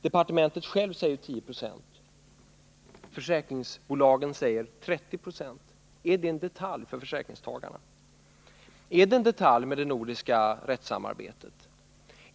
Departememntet säger 10 20, men försäkringsbolagen säger 30 90. Är det en detalj för försäkringstagarna? Är det nordiska rättssamarbetet en detalj?